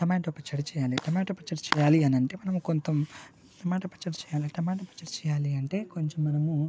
tomato పచ్చడి చేయాలి tomato పచ్చడి చేయాలి అని అంటే మనం కొంచం టమాటా పచ్చడి చేయాలి టమోటా పచ్చడి చేయాలి అంటే కొంచెం మనము